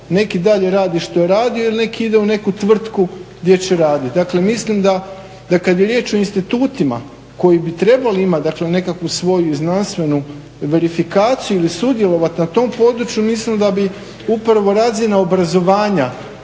Nek' i dalje radi što je radio ili nek' ide u neku tvrtku gdje će raditi. Dakle, mislim da kad je riječ o institutima koji bi trebali imati, dakle nekakvu svoju i znanstvenu verifikaciju ili sudjelovat na tom području mislim da bi upravo razina obrazovanja